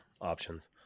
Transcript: options